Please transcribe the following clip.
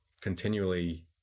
continually